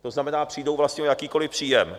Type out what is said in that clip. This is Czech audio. To znamená, přijdou vlastně o jakýkoliv příjem.